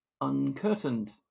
uncurtained